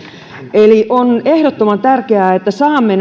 eli on ehdottoman tärkeää että saamme